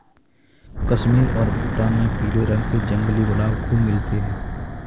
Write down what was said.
कश्मीर और भूटान में पीले रंग के जंगली गुलाब खूब मिलते हैं